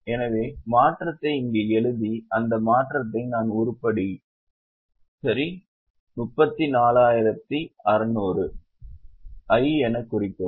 எனவே மாற்றத்தை இங்கே எழுதி அந்த மாற்றத்தை நான் உருப்படி சரி 34600 I எனக் குறிக்கவும்